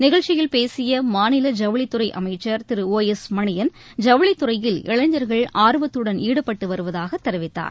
நிகழ்ச்சியில் பேசிய மாநில ஐவுளித் துறை அமைச்சர் திரு ஒ எஸ் மணியன் ஜவுளித் துறையில் இளைஞர்கள் ஆர்வத்துடன் ஈடுபட்டு வருவதாக தெரிவித்தார்